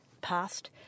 passed